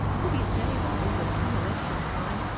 could you say though that, come election time,